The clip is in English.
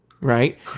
right